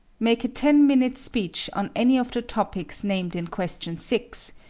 make a ten-minute speech on any of the topics named in question six,